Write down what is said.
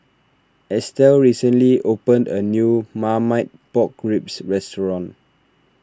Estel recently opened a new Marmite Pork Ribs Restaurant